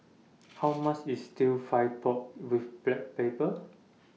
How much IS Stir Fried Pork with Black Pepper